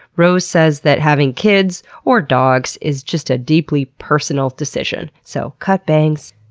rose says that having kids, or dogs, is just a deeply personal decision. so cut bangs,